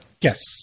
Yes